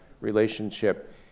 relationship